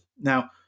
Now